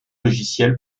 logicielle